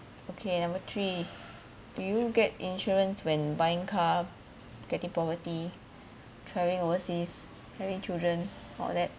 okay number three do you get insurance when buying car getting property travelling overseas having children all that